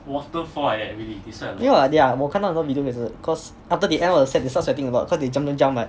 yeah they are 我看到很多 video 也是 cause after they end on the set they start sweating a lot cause they jump jump jump what